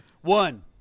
One